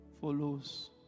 follows